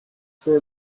for